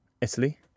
Italy